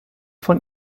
von